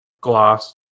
gloss